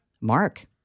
Mark